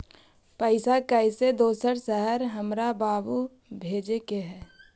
पैसा कैसै दोसर शहर हमरा बाबू भेजे के है?